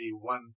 one